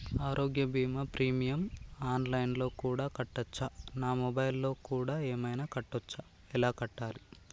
ఆరోగ్య బీమా premium online లో కూడా కట్టచ్చా? నా మొబైల్లో కూడా ఏమైనా కట్టొచ్చా? ఎలా కట్టాలి?